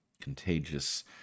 contagious